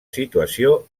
situació